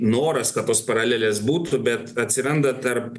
noras kad tos paralelės būtų bet atsiranda tarp